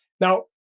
Now